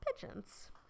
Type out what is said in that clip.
pigeons